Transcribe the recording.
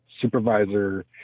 supervisor